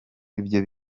ibyo